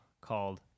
called